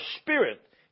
Spirit